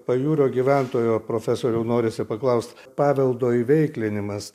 pajūrio gyventojo profesoriau norisi paklaust paveldo įveiklinimas